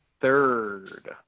third